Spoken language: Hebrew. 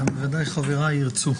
בוודאי גם חבריי ירצו.